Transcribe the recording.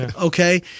okay